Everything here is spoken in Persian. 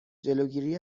جلوگیری